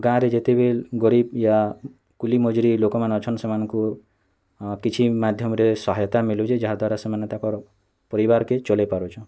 ଗାଁରେ ଯେତେ ବିଲ୍ ଗରିବ୍ ୟା କୁଲି ମଜୁରୀ ଲୋକମାନେ ଅଛନ୍ ସେମାନଙ୍କୁ କିଛି ମାଧ୍ୟମରେ ସହାୟତା ମିଲୁଛି ଯାହା ଦ୍ୱାରା ତାଙ୍କ ପରିବାର୍କେ ଚଲେଇପାରୁଛନ୍